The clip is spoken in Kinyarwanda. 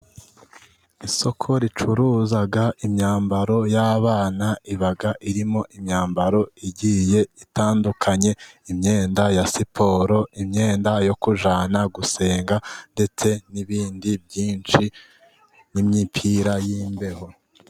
Isoko ricuruza imyambaro y'abana iba irimo imyambaro igiye itandukanye imyenda ya siporo, imyenda yo kujyana gusenga, ndetse n'ibindi byinshi nk'imipira y'imbeho.